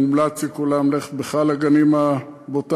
מומלץ לכולם ללכת בכלל לגנים הבוטניים,